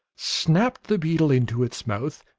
snapped the beetle into its mouth,